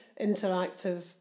interactive